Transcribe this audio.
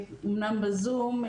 אמנם בזום,